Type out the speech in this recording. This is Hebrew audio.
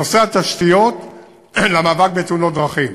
בנושא התשתיות למאבק בתאונות דרכים.